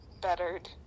bettered